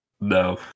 No